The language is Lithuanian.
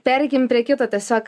pereikim prie kito tiesiog